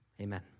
amen